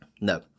No